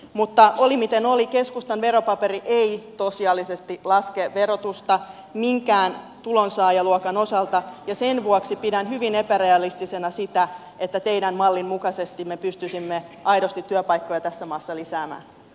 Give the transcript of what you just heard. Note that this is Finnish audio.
mutta oli miten oli keskustan veropaperi ei tosiasiallisesti laske verotusta minkään tulonsaajaluokan osalta ja sen vuoksi pidän hyvin epärealistisena sitä että teidän mallinne mukaisesti me pystyisimme aidosti työpaikkoja tässä maassa lisäämään